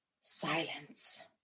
silence